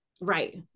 Right